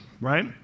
right